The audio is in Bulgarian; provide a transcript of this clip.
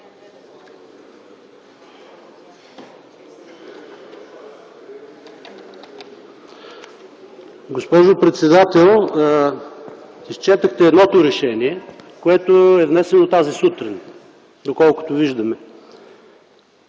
Госпожо председател, изчетохте едното решение, което е внесено тази сутрин, доколкото виждаме.